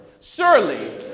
Surely